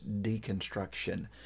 deconstruction